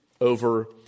over